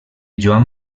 joan